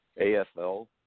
AFL